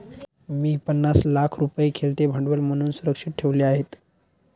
मी पन्नास लाख रुपये खेळते भांडवल म्हणून सुरक्षित ठेवले आहेत